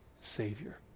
Savior